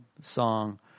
song